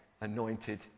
anointed